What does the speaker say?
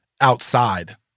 outside